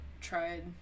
tried